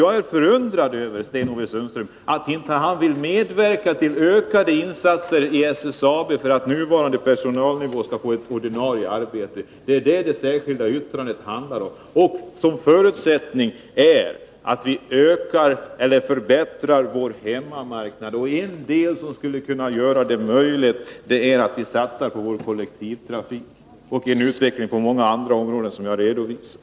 Jag är förundrad över att Sten-Ove Sundström inte vill medverka till ökade insatser i SSAB för att behålla nuvarande personalnivå och ge alla anställda ett ordinarie arbete. Det är vad det särskilda yrkandet handlar om. En förutsättning för det är att vi förbättrar vår hemmamarknad, och en sak som skulle kunna göra det möjligt är att satsa på en utveckling av vår kollektivtrafik och en utveckling på många andra områden som jag har redovisat.